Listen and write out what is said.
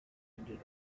ended